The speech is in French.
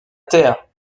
terre